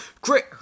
Great